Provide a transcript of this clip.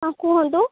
ହଁ କୁହନ୍ତୁ